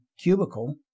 cubicle